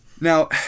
Now